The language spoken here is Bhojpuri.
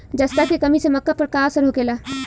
जस्ता के कमी से मक्का पर का असर होखेला?